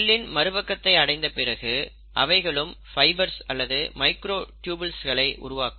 செல்லின் மறுபக்கத்தை அடைந்தபிறகு அவைகளும் ஃபைபர்ஸ் அல்லது மைக்ரோட்யூபில்ஸ்களை உருவாக்கும்